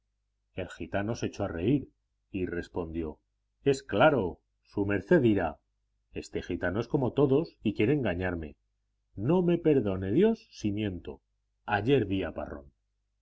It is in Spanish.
el gitano se echó a reír y respondió es claro su merced dirá este gitano es como todos y quiere engañarme no me perdone dios si miento ayer vi a parrón